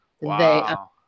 Wow